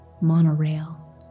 Monorail